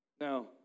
Now